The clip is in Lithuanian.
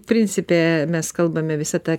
principe mes kalbame visą tą